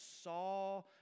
saw